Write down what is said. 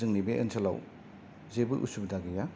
जोंनि बे ओनसोलाव जेबो असुबिदा गैया